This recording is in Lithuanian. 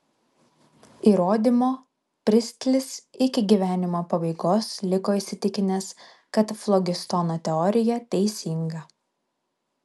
įrodymo pristlis iki gyvenimo pabaigos liko įsitikinęs kad flogistono teorija teisinga